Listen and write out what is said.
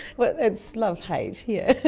well, it's love-hate, yeah